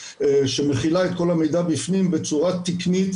שמכילה את כל המידע בפנים בצורת תקנית,